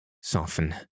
soften